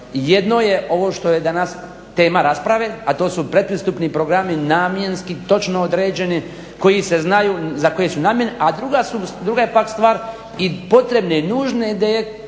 jedno je ovo što je danas tema rasprave, a to su pretpristupni programi namjenski, točno određeni, koji se znaju za koje su namjene. A druga je pak stvar i potrebne i nužne